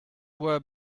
were